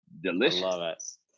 delicious